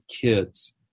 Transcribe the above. kids